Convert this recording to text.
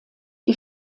die